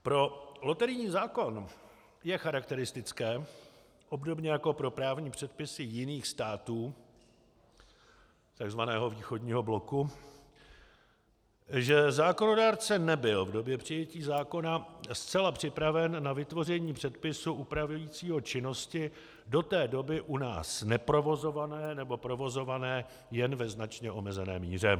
Pro loterijní zákon je charakteristické obdobně jako pro právní předpisy jiných států takzvaného východního bloku, že zákonodárce nebyl v době přijetí zákona zcela připraven na vytvoření předpisu upravujícího činnosti do té doby u nás neprovozované, nebo provozované jen ve značně omezené míře.